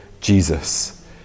jesus